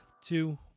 two